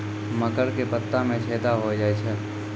मकर के पत्ता मां छेदा हो जाए छै?